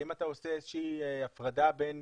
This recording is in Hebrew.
האם אתה עושה איזו שהיא הפרדה בין